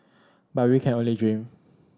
but we can only dream